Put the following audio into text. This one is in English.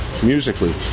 musically